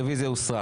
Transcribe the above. הרביזיה הוסרה.